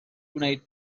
gwneud